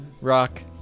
Rock